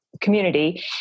community